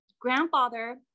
grandfather